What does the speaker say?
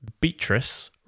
Beatrice